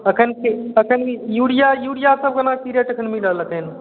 एखन एखन यूरिआ यूरिआसब कोना कि रेट एखन मिल रहल अइ एखन